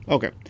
Okay